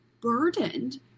burdened